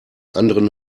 anderen